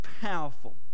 powerful